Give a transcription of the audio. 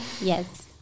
Yes